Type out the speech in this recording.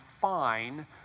fine